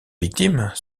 victimes